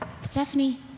Stephanie